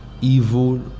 evil